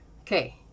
Okay